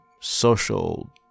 social